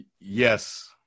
Yes